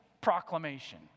proclamation